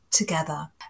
Together